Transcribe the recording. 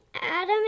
Adam